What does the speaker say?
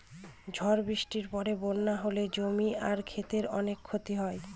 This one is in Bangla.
ঝড় বৃষ্টির পরে বন্যা হলে জমি আর ক্ষেতের অনেক ক্ষতি হয়